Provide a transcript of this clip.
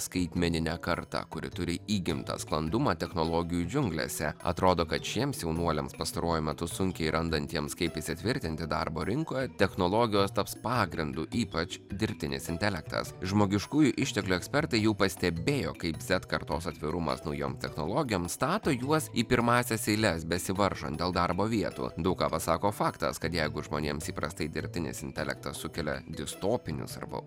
skaitmenine karta kuri turi įgimtą sklandumą technologijų džiunglėse atrodo kad šiems jaunuoliams pastaruoju metu sunkiai randantiems kaip įsitvirtinti darbo rinkoje technologijos taps pagrindu ypač dirbtinis intelektas žmogiškųjų išteklių ekspertai jau pastebėjo kaip z kartos atvirumas naujom technologijoms stato juos į pirmąsias eiles besivaržant dėl darbo vietų daug ką pasako faktas kad jeigu žmonėms įprastai dirbtinis intelektas sukelia distopinius arba